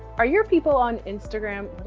are your people on instagram?